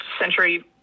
century